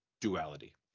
duality